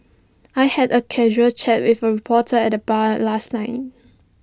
I had A casual chat with A reporter at the bar last night